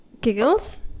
Giggles